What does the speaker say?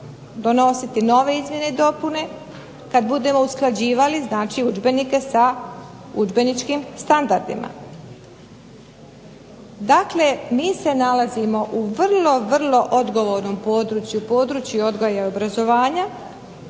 donositi izmjene i dopune kada budemo usklađivali udžbenike sa udžbeničkim standardima. Dakle, mi se nalazimo u vrlo odgovornom području, području odgoja i obrazovanja.